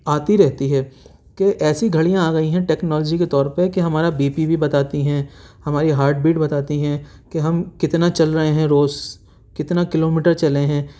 آتی رہتی ہےکہ ایسی گھڑیاں آ گئی ہیں ٹیکنالوجی کے طور پر کہ ہمارا بی پی بھی بتاتی ہیں ہماری ہارٹ بیٹ بتاتی ہیں کہ ہم کتنا چل رہے ہیں روز کتنا کیلو میٹر چلے ہیں